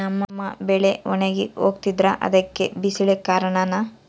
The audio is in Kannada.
ನಮ್ಮ ಬೆಳೆ ಒಣಗಿ ಹೋಗ್ತಿದ್ರ ಅದ್ಕೆ ಬಿಸಿಲೆ ಕಾರಣನ?